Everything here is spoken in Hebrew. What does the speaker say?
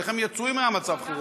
איך הם יצאו אם היה מצב חירום?